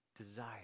desire